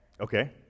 Okay